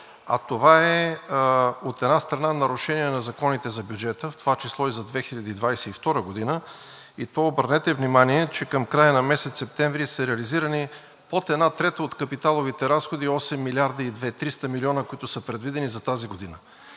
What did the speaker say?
А това е, от една страна, нарушение на законите за бюджета, в това число и за 2022 г., и то, обърнете внимание, че към края на месец септември са реализирани под една трета от капиталовите разходи – 8 млрд. 200 – 300 млн. лв., предвидени за тази година.